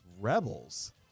Rebels